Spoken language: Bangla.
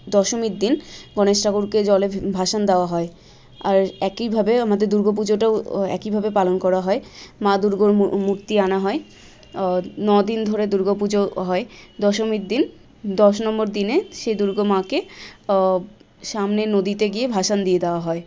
দশমীর দিন গণেশ ঠাকুরকে জলে ভাসান দেওয়া হয় আর একইভাবে আমাদের দুর্গা পুজোটাও একইভাবে পালন করা হয় মা দুর্গার মূর্তি আনা হয় ন দিন ধরে দুর্গা পুজো হয় দশমীর দিন দশ নম্বর দিনে সেই দুর্গা মাকে সামনে নদীতে গিয়ে ভাসান দিয়ে দেওয়া হয়